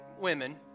women